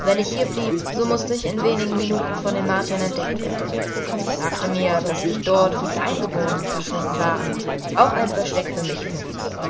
wenn ich hier blieb so mußte ich in wenigen minuten von den martiern entdeckt werden ich sagte mir daß sich dort wo die eingeborenen verschwunden waren auch ein versteck für mich finden würde